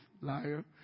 liar